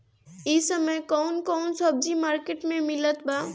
इह समय कउन कउन सब्जी मर्केट में मिलत बा?